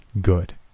Good